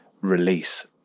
release